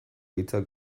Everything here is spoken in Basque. hitzak